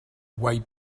way